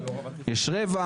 יש רווח,